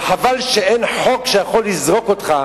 וחבל שאין חוק שיכול לזרוק אותך